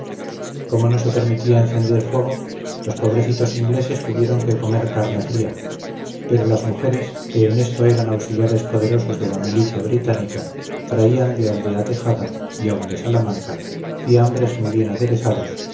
como no se permitía encender fuego los pobrecitos ingleses tuvieron que comer carne fría pero las mujeres que en esto eran auxiliares poderosos de la milicia británica traían de aldeatejada y aun de salamanca fiambres muy bien aderezados